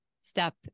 step